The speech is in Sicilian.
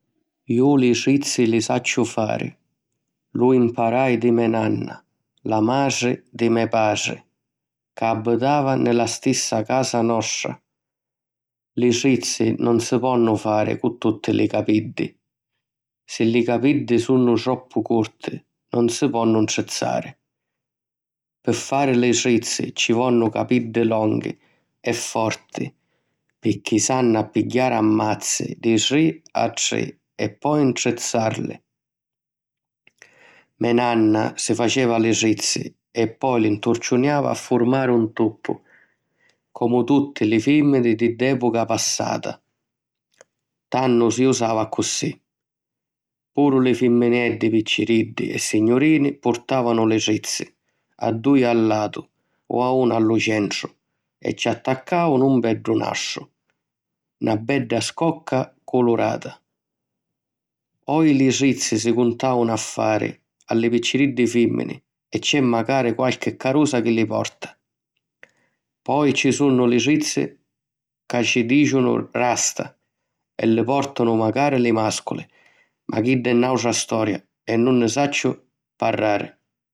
Ju li trizzi li sacciu fari. Lu mparai di me nanna, la matri di me patri, ca abbitava nni la stissa casa nostra. Li trizzi nun si ponnu fari cu tutti li capiddi; si li capiddi sunnu troppu curti, nun si ponnu ntrizzari. Pi fari li trizzi ci vonnu capiddi longhi e forti picchì s'hannu a pigghiari a mazzi di tri a tri e poi ntrizzarli. Me nanna si faceva li trizzi e po' lì nturciunava a furmari un tuppu, comu tutti li fìmmini di dd'èpuca passata; tannu si usava accussì. Puru li fimmineddi picciriddi e signurini purtàvanu li trizzi, a dui a latu o una a lu centru e ci attaccàvanu un beddu nastru, na bedda scocca culurata. Oji li trizzi si cuntàunu a fari a li picciriddi fìmmini e c'è macari qualchi carusa chi li porta. Poi ci sunnu li trizzi ca ci dìcinu "rasta" e li pòrtanu macari li màsculi; ma chidda è nàutra storia e nun nni sacciu parrari.